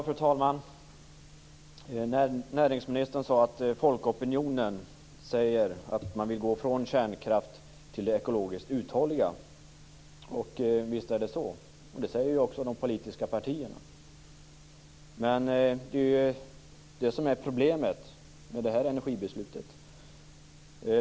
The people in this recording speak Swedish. Fru talman! Näringsministern säger att folkopinionen vill gå från kärnkraft till det ekologiskt uthålliga. Visst är det så, och det säger även de politiska partierna. Men det är också problemet med energibeslutet.